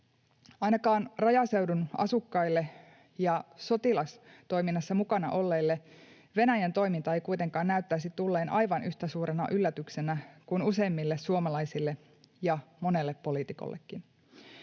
Ainakaan rajaseudun asukkaille ja sotilastoiminnassa mukana olleille Venäjän toiminta ei kuitenkaan näyttäisi tulleen aivan yhtä suurena yllätyksenä kuin useimmille suomalaisille ja monelle poliitikollekin.